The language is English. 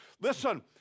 Listen